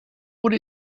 would